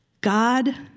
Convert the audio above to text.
God